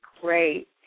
great